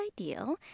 ideal